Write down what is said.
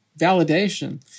validation